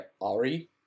Ari